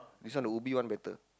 this one the Ubi one better